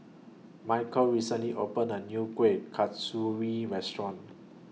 Michal recently opened A New Kuih Kasturi Restaurant